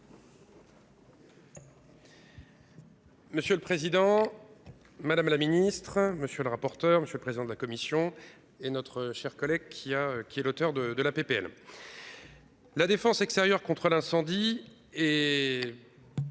Monsieur le président. Madame la ministre, monsieur le rapporteur. Monsieur le président de la commission et notre chère collègue qui a qui est l'auteur de de la PPL. La défense extérieure contre l'incendie et.